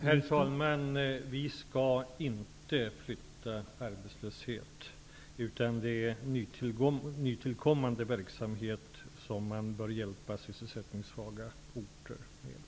Herr talman! Vi skall inte flytta arbetslöshet, utan det är med nytillkommande verksamhet som man bör hjälpa sysselsättningssvaga orter.